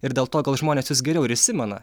ir dėl to gal žmonės jūs geriau ir įsimena